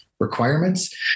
requirements